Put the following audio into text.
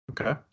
Okay